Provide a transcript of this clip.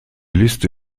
liste